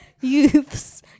youths